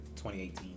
2018